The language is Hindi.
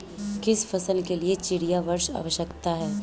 किस फसल के लिए चिड़िया वर्षा आवश्यक है?